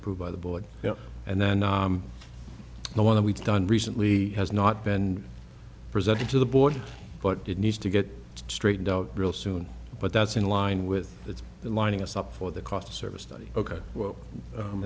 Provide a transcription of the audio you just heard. approved by the board and then the one that we've done recently has not been presented to the board but did need to get straightened out real soon but that's in line with that's the lining us up for the cost of service study ok well